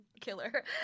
killer